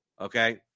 Okay